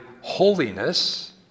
holiness